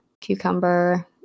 cucumber